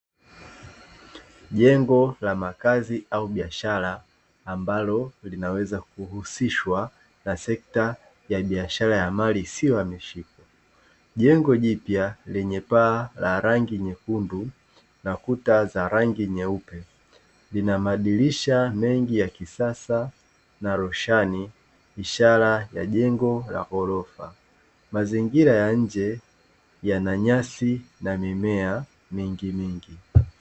Jengo la makazi au biashara ambalo linaweza kuhusishwa na sekta ya biashara ya mali isiyohamishika. Jengo jipya lenye paa la rangi nyekundu na kuta za rangi nyeusi. Lina madirisha mengi ya kisasa na roshani, ishara ya jengo la ghorofa. Mazingira ya nje yana nyasi na mimea mingi mingi.